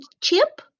chip